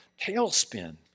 tailspin